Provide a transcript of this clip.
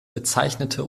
bezeichnete